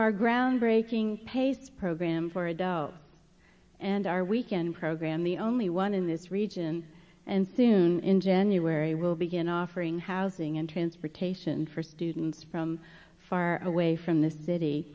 our groundbreaking pace program for adult and our weekend program the only one in this region and soon in january will begin offering housing and transportation for students from far away from the city